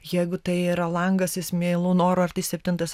jeigu tai yra langas jis meilu noru ar tai septintas